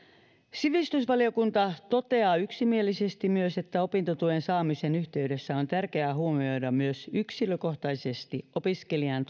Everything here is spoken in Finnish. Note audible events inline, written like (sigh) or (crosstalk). sivistysvaliokunta toteaa yksimielisesti myös että opintotuen saamisen yhteydessä on tärkeää huomioida myös yksilökohtaisesti opiskelijan (unintelligible)